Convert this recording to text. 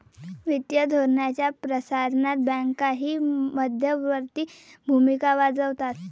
वित्तीय धोरणाच्या प्रसारणात बँकाही मध्यवर्ती भूमिका बजावतात